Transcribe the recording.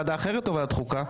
שוועדה אחרת או ועדת החוקה?